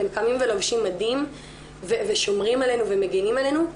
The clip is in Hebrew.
אתם קמים ולובשים מדים ושומרים עלינו ומגנים עלינו.